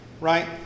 right